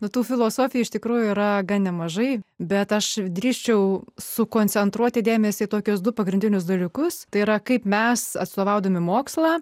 rytų filosofija iš tikrųjų yra gan nemažai bet aš drįsčiau sukoncentruoti dėmesį į tokius du pagrindinius dalykus tai yra kaip mes atstovaudami mokslą